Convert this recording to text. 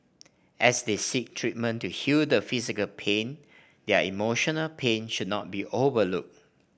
as they seek treatment to heal the physical pain their emotional pain should not be overlooked